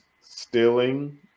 stealing